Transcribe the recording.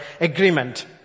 agreement